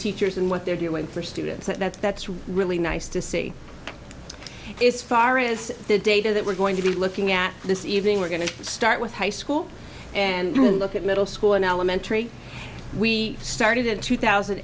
teachers and what they're doing for students that's that's really nice to see is far is the data that we're going to be looking at this evening we're going to start with high school and to look at middle school and elementary we started in two thousand